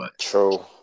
True